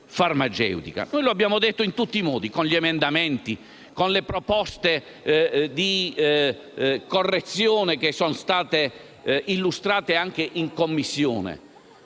Noi lo abbiamo detto in tutti i modi, con gli emendamenti, con le proposte di modifica illustrate anche in Commissione.